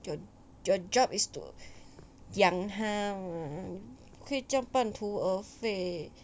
your your job is to 养他 mah 不可以这样半途而废